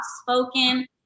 spoken